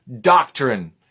doctrine